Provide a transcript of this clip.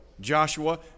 Joshua